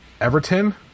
Everton